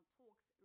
talks